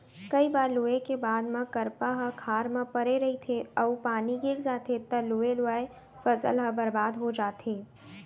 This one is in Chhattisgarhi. कइ बार लूए के बाद म करपा ह खार म परे रहिथे अउ पानी गिर जाथे तव लुवे लुवाए फसल ह बरबाद हो जाथे